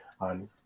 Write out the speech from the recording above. on